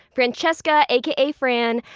francheska, aka fran.